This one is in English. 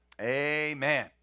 Amen